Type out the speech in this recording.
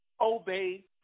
obey